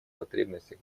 потребностях